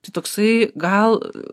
tai toksai gal